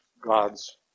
God's